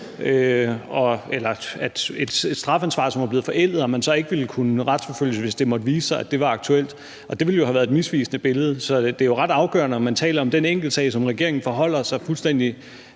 være et strafansvar, som er blevet forældet, og at man så ikke ville kunne retsforfølges, hvis det måtte vise sig, at det var aktuelt. Og det ville jo have været et misvisende billede. Så det er jo ret afgørende, om man taler om den enkeltsag, som regeringen forholder sig fuldstændig